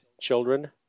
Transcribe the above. children